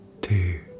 two